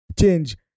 change